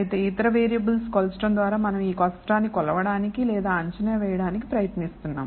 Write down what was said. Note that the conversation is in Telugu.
అయితే ఇతర వేరియబుల్స్ కొలిచడం ద్వారా మనం ఈ కష్టాన్ని కొలవడానికి లేదా అంచనా వేయడానికి ప్రయత్నిస్తున్నాం